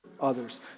others